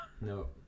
no